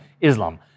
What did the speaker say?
Islam